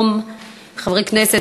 חברי הכנסת,